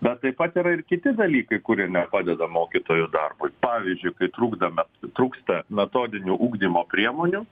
bet taip pat yra ir kiti dalykai kurie nepadeda mokytojų darbui pavyzdžiui kai trukdome trūksta metodinių ugdymo priemonių